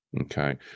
Okay